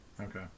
Okay